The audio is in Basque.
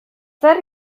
zer